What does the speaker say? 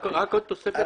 רק עוד תוספת קטנה.